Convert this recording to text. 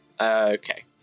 Okay